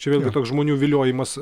čia vėlgi toks žmonių viliojimas